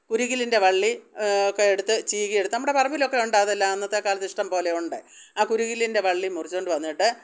കുരുകിലിന്റെ വള്ളി ഒക്കെയെടുത്ത് ചീകിയെടുത്ത് നമ്മുടെ പറമ്പിലൊക്കെ ഉണ്ട് അതെല്ലാം അന്നത്തെകാലത്ത് ഇഷ്ടം പോലെ ഉണ്ട് ആ കുരികിലിന്റെ വള്ളി മുറിച്ചു കൊണ്ടു വന്നിട്ട്